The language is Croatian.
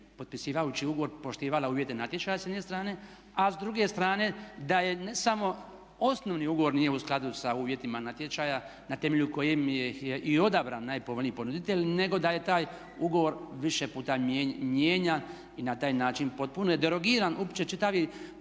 potpisivajući ugovor poštivala uvjete natječaja s jedne strane. A s druge strane da je ne samo osnovni ugovor nije u skladu sa uvjetima natječaja ne temelju kojih je i odabran najpovoljniji ponuditelj nego da je taj ugovor više puta mijenjan i na taj način potpuno je derogiran uopće čitavi